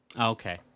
okay